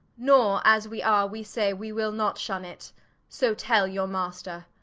nor as we are, we say we will not shun it so tell your master